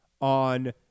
on